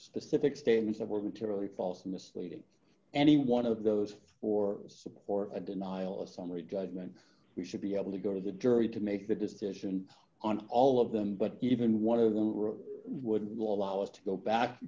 specific statements that were materially false misleading any one of those for support a denial a summary judgment we should be able to go to the jury to make the decision on all of them but even one of them would allow us to go back